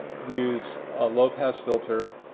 use a lowpass filter